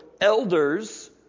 elders